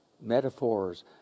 Metaphors